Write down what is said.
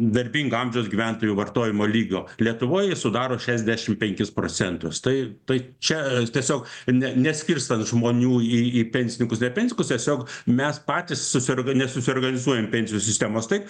darbingo amžiaus gyventojų vartojimo lygio lietuvoj sudaro šešiasdešim penkis procentus tai tai čia tiesiog ne neskirstant žmonių į į pensininkus ne pensininkus tiesiog mes patys susiorga nesusiorganizuojam pensijų sistemos taip